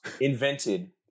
invented